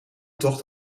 tocht